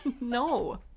no